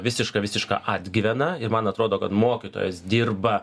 visiška visiška atgyvena ir man atrodo kad mokytojas dirba